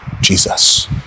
Jesus